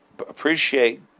appreciate